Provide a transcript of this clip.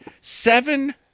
Seven